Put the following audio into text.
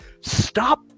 Stop